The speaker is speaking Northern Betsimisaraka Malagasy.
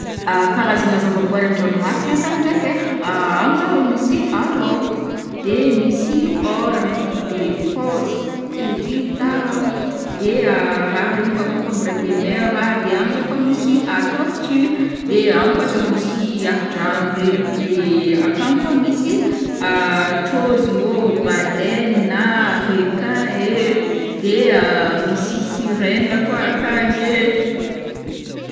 karazagna zava-boary an-dranomasigny akagny ndraiky ai, agny zao ai misy laoko, de misy ôragna, de faoza, horita, de raha regny koa concombre de mer a, de agny zao koa misy tortue, de agny koa zao misy ahi-drano regny, de akagny koa misy trôzogno ô, baleine a, requin ee, de misy siréne koa akagny ee.